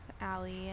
Allie